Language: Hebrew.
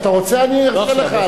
אתה רוצה, אני ארשה לך.